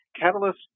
Catalyst